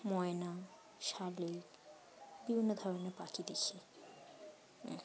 ময়না শালিক বিভিন্ন ধরনের পাখি দেখি